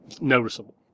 noticeable